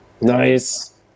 Nice